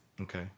Okay